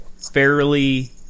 fairly